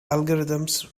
algorithms